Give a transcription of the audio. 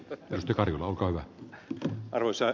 arvoisa puhemies